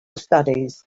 studies